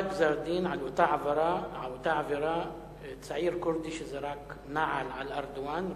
אותו גזר-דין על אותה עבירה לצעיר כורדי שזרק נעל על ארדואן,